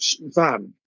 van